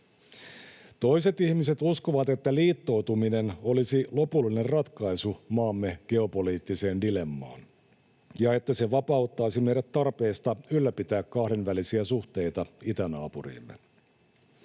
Toiset ihmiset uskovat, että liittoutuminen olisi lopullinen ratkaisu maamme geopoliittiseen dilemmaan, ja että se vapauttaisi meidät tarpeesta ylläpitää kahdenvälisiä suhteita itänaapuriimme.